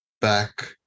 back